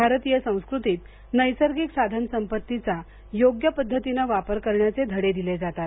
भारतीय संस्कृतीत नैसर्गिक साधन संपत्तीचा योग्य पद्धतीनं वापर करण्याचे धडे दिले जातात